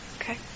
Okay